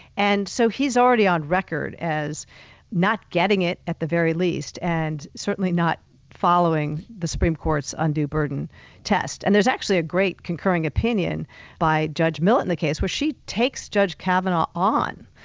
and so he's already on record as not getting it at the very least and certainly not following the supreme court's undue burden test. and there's actually a great concurring opinion by judge millet in the case, where she takes judge kavanaugh on,